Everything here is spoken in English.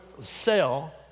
sell